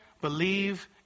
Believe